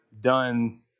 done